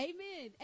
Amen